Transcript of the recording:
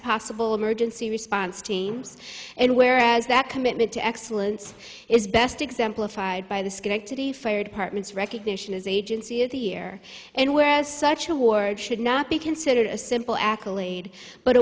possible emergency response teams and whereas that commitment to excellence is best exemplified by the schenectady fire department's recognition is agency of the year and whereas such award should not be considered a simple accolade but